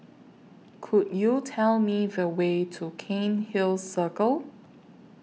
Could YOU Tell Me The Way to Cairnhill Circle